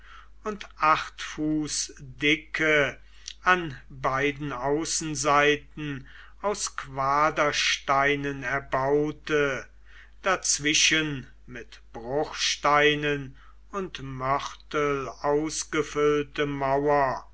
und acht fuß dicke an beiden außenseiten aus quadersteinen erbaute dazwischen mit bruchsteinen und mörtel ausgefüllte mauer